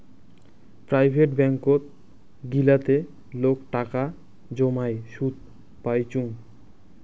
private ব্যাঙ্কত গিলাতে লোক টাকা জমাই সুদ পাইচুঙ